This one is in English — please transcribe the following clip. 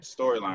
storyline